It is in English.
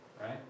right